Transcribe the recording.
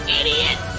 idiot